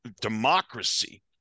democracy